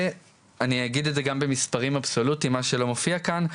ואני אגיד את זה גם במספרים אבסולוטיים מה שלא מופיע כאן,